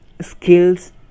skills